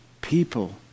people